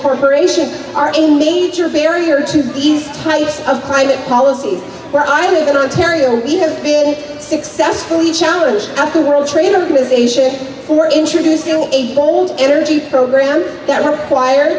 corporations are a major barrier to these types of climate policy where i live in ontario we have been successfully challenge after world trade organization for introducing a bold energy program that require